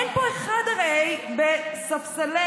הרי אין פה אחד בספסלי